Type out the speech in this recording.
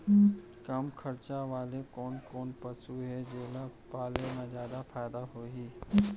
कम खरचा वाले कोन कोन पसु हे जेला पाले म जादा फायदा होही?